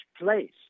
place